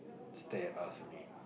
stare at us only